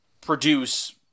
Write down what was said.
produce